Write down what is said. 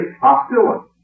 hostility